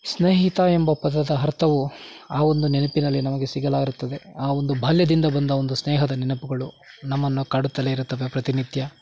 ಸ್ನೇಹಿತ ಎಂಬ ಪದದ ಅರ್ಥವು ಆ ಒಂದು ನೆನಪಿನಲ್ಲಿ ನಮಗೆ ಸಿಗಲಾರುತ್ತದೆ ಆ ಒಂದು ಬಾಲ್ಯದಿಂದ ಬಂದ ಒಂದು ಸ್ನೇಹದ ನೆನಪುಗಳು ನಮ್ಮನ್ನು ಕಾಡುತ್ತಲೇ ಇರುತ್ತವೆ ಪ್ರತಿನಿತ್ಯ